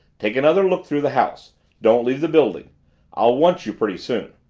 take another look through the house don't leave the building i'll want you pretty soon.